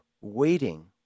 waiting